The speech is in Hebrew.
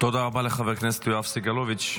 תודה רבה לחבר הכנסת יואב סגלוביץ'.